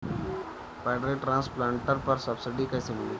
Paddy transplanter पर subsidy कैसे मिली?